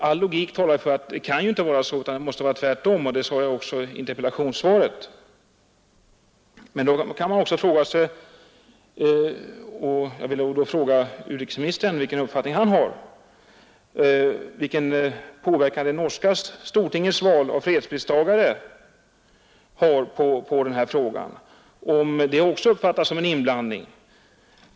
All logik talar för att det inte kan vara så utan måste vara tvärtom, och det har jag tidigare framhållit här. Jag vill då fråga utrikesministern vilken påverkan han anser att det norska stortingets val av fredspristagare i år har på den här frågan. Uppfattas det också som en inblandning?